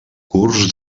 curts